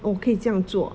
oh 可以这样做